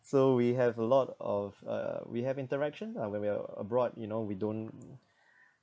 so we have a lot of uh we have interaction lah when we are abroad you know we don't